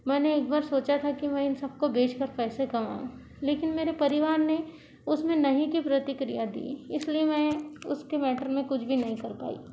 मैंने एक बार सोचा था कि मैं इन सबको बेच कर पैसे कमाऊं लेकिन मेरे परिवार ने उसमें नहीं की प्रतिक्रिया दी इसलिए मैं उसके मैटर में कुछ भी नहीं कर पाई